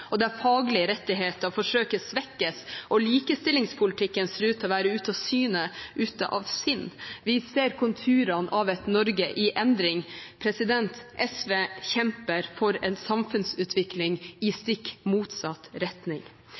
anbudsrunder presses fram, faglige rettigheter blir forsøkt svekket, og likestillingspolitikken ser ut til å være ute av syne og ute av sinn. Vi ser konturene av et Norge i endring. SV kjemper for en samfunnsutvikling i stikk motsatt retning.